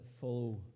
follow